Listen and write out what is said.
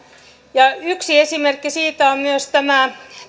yksi esimerkki siitä on myös tämä